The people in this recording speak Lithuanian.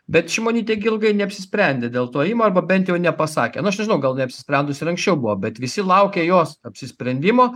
bet šimonytė gi ilgai neapsisprendė dėl to ėjimo arba bent jau nepasakė nu aš nežinau gal jinai apsisprendus ir anksčiau buvo bet visi laukė jos apsisprendimo